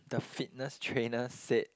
the fitness trainer said